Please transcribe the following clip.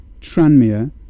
Tranmere